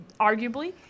arguably